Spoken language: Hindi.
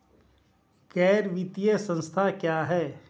गैर वित्तीय संस्था क्या है?